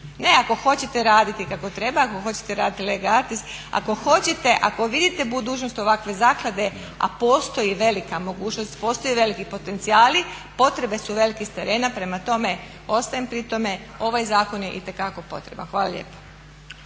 Ne, ako hoćete raditi kako treba, ako hoćete raditi …, ako hoćete ako vidite budućnost ovakve zaklade, a postoji velika mogućnost, postoje veliki potencijali potrebe su velike s terena, prema tome ostajem pri tome ovaj zakon je itekako potreban. Hvala lijepo.